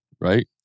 Right